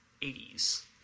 80s